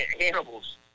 Hannibal's